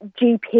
GP